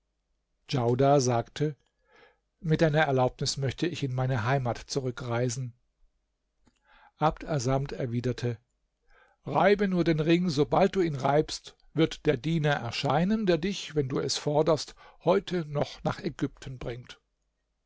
djaudar sagte mit deiner erlaubnis möchte ich in meine heimat zurückreisen abd assamd erwiderte reibe nur den ring sobald du ihn reibst wird der diener erscheinen der dich wen du es forderst heute noch nach ägypten bringt